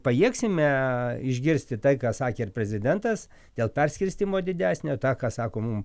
pajėgsime išgirsti tai ką sakė ir prezidentas dėl perskirstymo didesnio tą ką sako mum